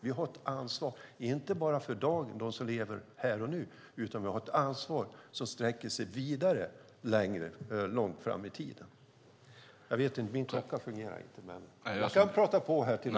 Vi har ett ansvar, inte bara för dem som lever här och nu, utan vi har ett ansvar som sträcker sig långt fram i tiden.